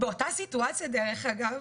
באותה סיטואציה דרך אגב,